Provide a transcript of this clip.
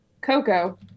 Coco